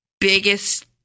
biggest